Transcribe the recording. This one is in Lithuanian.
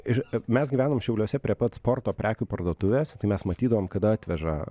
ir mes gyvenom šiauliuose prie pat sporto prekių parduotuvės tai mes matydavom kada atveža